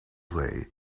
way